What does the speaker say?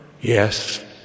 yes